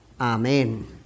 Amen